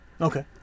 okay